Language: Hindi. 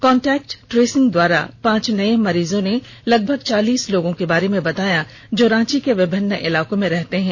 कांटेक्ट ट्रेसिंग के द्वारा पांच नए मरीजों ने लगभग चालीस लोगों के बारे में बताया जो रांची के विभिन्न इलाकों में रहते है